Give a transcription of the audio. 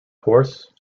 horse